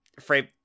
frame